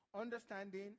understanding